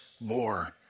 more